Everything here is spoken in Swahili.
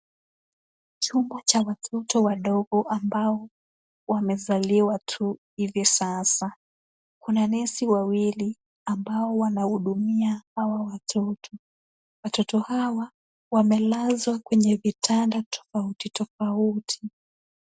Chumba cha watoto wadogo ambao wamezaliwa tu hivi sasa. Kuna nesi wawili ambao wanahudumia hawa watoto. Watoto hawa wamelazwa kwenye vitanda tofauti tofauti.